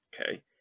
Okay